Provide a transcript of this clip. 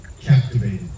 Captivated